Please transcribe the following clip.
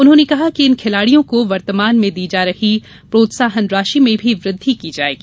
उन्होंने कहा कि इन खिलाड़ियों को वर्तमान दी जा रही प्रोत्साहन राशि में भी वृद्धि की जायेगी